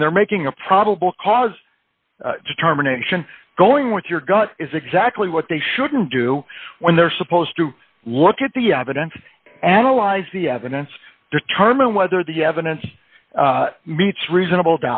when they're making a probable cause determination going with your gut is exactly what they shouldn't do when they're supposed to look at the evidence analyze the evidence determine whether the evidence meets reasonable